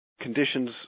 conditions